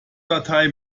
datei